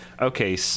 okay